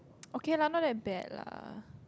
okay lah not that bad lah